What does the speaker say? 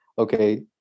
Okay